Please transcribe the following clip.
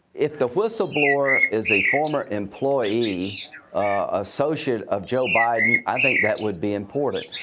if the whistle blower is a former employee associate of joe biden, i think that would be important.